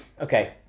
Okay